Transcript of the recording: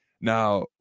Now